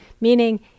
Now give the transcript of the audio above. Meaning